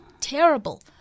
terrible